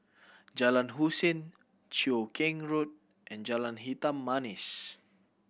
Jalan Hussein Cheow Keng Road and Jalan Hitam Manis